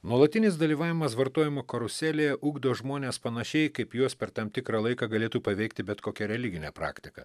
nuolatinis dalyvavimas vartojimo karuselė ugdo žmones panašiai kaip juos per tam tikrą laiką galėtų paveikti bet kokia religinė praktika